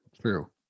true